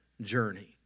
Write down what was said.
journey